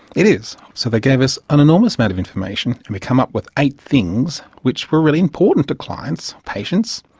it is. so they gave us an enormous amount of information, and we came up with eight things which were really important to clients, patients.